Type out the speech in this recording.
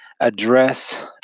address